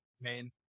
Main